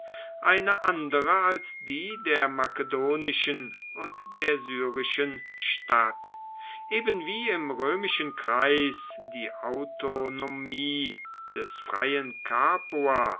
eine andere als die der makedonischen und der syrischen stadt eben wie im römischen kreis die autonomie des freien